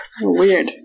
Weird